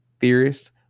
theorists